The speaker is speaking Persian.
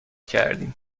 کردیم